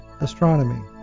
astronomy